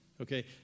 okay